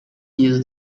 use